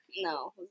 no